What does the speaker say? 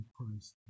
Christ